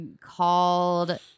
called